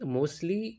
Mostly